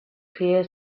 clear